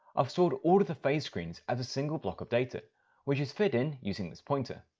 i've stored all of the phase screens as a single block of data which is fed in using this pointer.